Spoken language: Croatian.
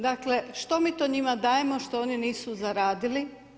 Dakle, što mi to njima dajemo što oni nisu zaradili?